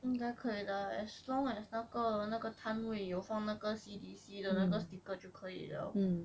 应该可以 lah as long as 那个那个摊位有放那个 C_D_C 的那个 sticker 就可以了